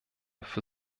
für